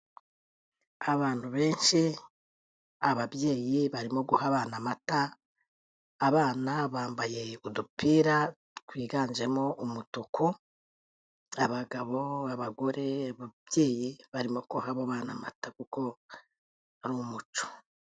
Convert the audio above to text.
Abantu benshi ababyeyi barimo guha abana amata, abana bambaye udupira twiganjemo umutuku, abagabo, abagore, ababyeyi barimo guha abo bana amata kuko ari umuco.